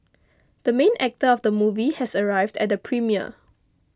the main actor of the movie has arrived at the premiere